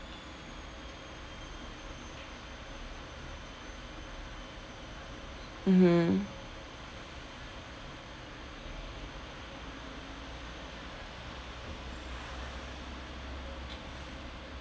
mmhmm